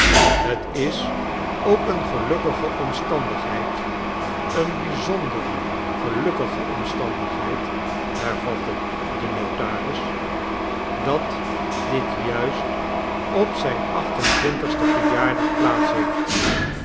het is ook eene gelukkige omstandigheid eene bijzonder gelukkige omstandigheid hervatte de notaris dat dit juist op zijn acht en twintigsten verjaardag plaats heeft